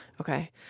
Okay